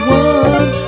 one